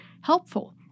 helpful